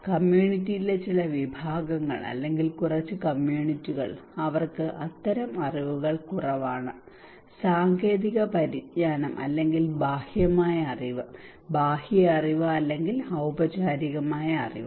കമ്മ്യൂണിറ്റിയിലെ ചില വിഭാഗങ്ങൾ അല്ലെങ്കിൽ കുറച്ച് കമ്മ്യൂണിറ്റികൾ അവർക്ക് അത്തരം അറിവുകൾ കുറവാണ് സാങ്കേതിക പരിജ്ഞാനം അല്ലെങ്കിൽ ബാഹ്യമായ അറിവ് അല്ലെങ്കിൽ ബാഹ്യ അറിവ് അല്ലെങ്കിൽ ഔപചാരിക അറിവ്